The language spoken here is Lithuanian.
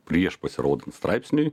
prieš pasirodant straipsniui